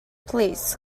please